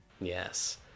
Yes